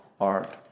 art